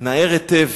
נער היטב.